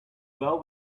well